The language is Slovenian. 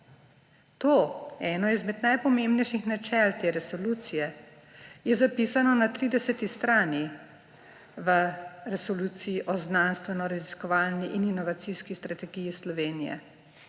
to, eno izmed najpomembnejših načel te resolucije, je zapisano na 30. strani v Resoluciji o znanstvenoraziskovalni in inovacijski strategiji Slovenije.